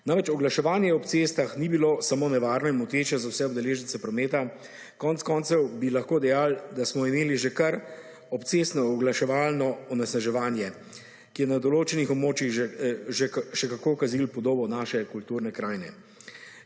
Namreč oglaševanje ob cestah ni bilo samo nevarno in moteče za vse udeležence prometa, konec koncev bi lahko dejali, da smo imeli že kar obcestno oglaševalno onesnaževanje, ki je na določenih območjih še kako kazilo podobo naše kulturne krajine.